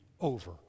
over